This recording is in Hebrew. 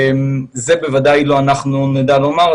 את זה בוודאי שלא אנחנו נדע לומר,